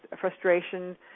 frustration